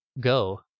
Go